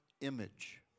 image